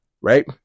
right